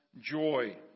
joy